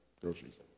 Groceries